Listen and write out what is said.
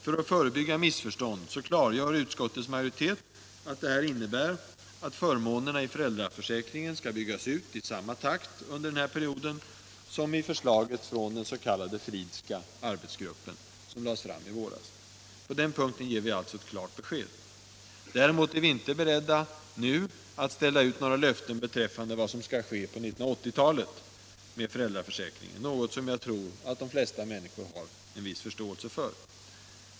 För att förebygga missförstånd klargör utskottets majoritet att detta innebär, att förmånerna i föräldraförsäkringen skall byggas ut i samma takt under denna period som i förslaget från den s.k. Fridhska arbetsgruppen som lades fram i våras. På den punkten ger vi alltså ett klart besked. Däremot är vi inte nu beredda att ställa ut några löften beträffande vad som skall ske med föräldraförsäkringen på 1980-talet — något som jag tror de flesta människor har förståelse för.